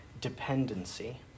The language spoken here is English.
dependency